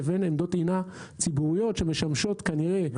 לבין עמדות טעינה ציבוריות שמשמשות כנראה --- אתה